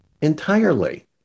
entirely